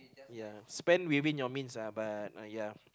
ya spend within your means uh but ya